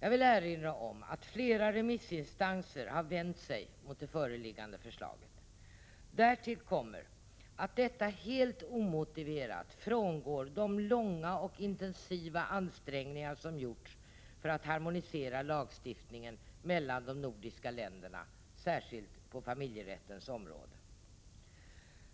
Jag vill erinra om att flera remissinstanser har vänt sig mot det föreliggande förslaget. Därtill kommer att detta helt omotiverat frångår de långa och intensiva ansträngningar som gjorts för att harmonisera lagstiftningen mellan de nordiska länderna, särskilt på familjerättens område.